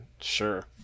sure